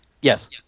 Yes